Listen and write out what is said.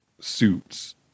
suits